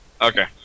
Okay